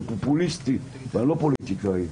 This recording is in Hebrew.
זה פופוליסטי ואני לא פוליטיקאי,